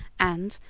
and,